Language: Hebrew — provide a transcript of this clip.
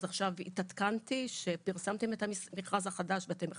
אז עכשיו התעדכנתי שפרסמתם את המכרז החדש ואתם מחכים,